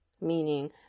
meaning